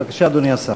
בבקשה, אדוני השר.